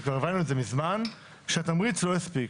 וכבר הבנו את זה מזמן, שהתמריץ לא הספיק.